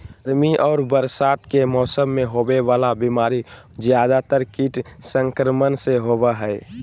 गर्मी और बरसात के मौसम में होबे वला बीमारी ज्यादातर कीट संक्रमण से होबो हइ